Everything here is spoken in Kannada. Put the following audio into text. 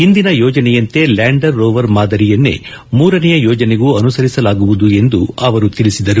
ಹಿಂದಿನ ಯೋಜನೆಯಂತೆ ಲ್ಯಾಂಡರ್ ರೋವರ್ ಮಾದರಿಯನ್ನೇ ಮೂರನೆಯ ಯೋಜನೆಗೂ ಅನುಸರಿಸಲಾಗುವುದು ಎಂದು ತಿಳಿಸಿದರು